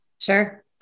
Sure